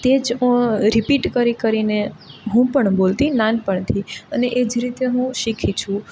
તે જ રિપીટ કરી કરીને હું પણ બોલતી નાનપણથી અને એ જ રીતે હું શીખી છું